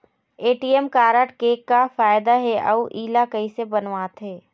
ATM card के का फायदा हे अऊ इला कैसे बनवाथे?